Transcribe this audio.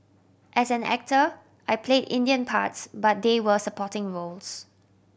as an actor I played Indian parts but they were supporting roles